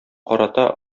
карата